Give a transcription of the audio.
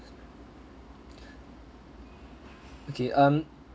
okay um